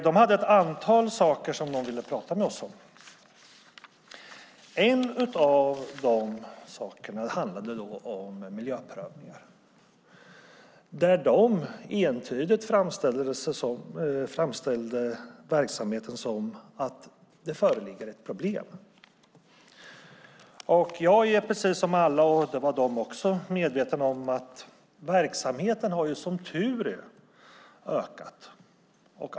De hade ett antal saker att tala med oss om. En av dessa var miljöprövningar. De framställde entydigt att det föreligger ett problem. Jag är, precis som dem, medveten om att verksamheten, som tur är, har ökat.